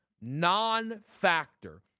non-factor